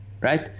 right